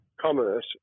commerce